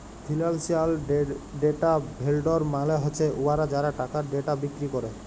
financial data vendor মালে হছে উয়ারা যারা টাকার ডেটা বিক্কিরি ক্যরে